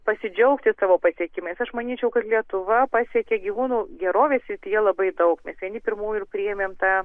pasidžiaugti savo pasiekimais aš manyčiau kad lietuva pasiekė gyvūnų gerovės srityje labai daug mes vieni pirmųjų ir priėmėm tą